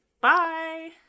Bye